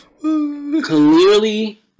clearly